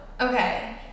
okay